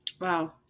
Wow